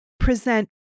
present